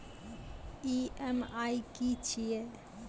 EMI की छिये?